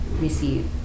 receive